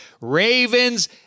Ravens